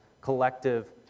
Collective